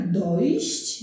dojść